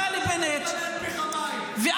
מתחבא --- כולם יודעים את זה.